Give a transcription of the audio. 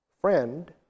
Friend